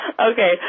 Okay